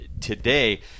today